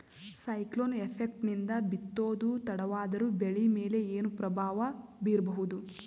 Cyclone effect ನಿಂದ ಬಿತ್ತೋದು ತಡವಾದರೂ ಬೆಳಿ ಮೇಲೆ ಏನು ಪ್ರಭಾವ ಬೀರಬಹುದು?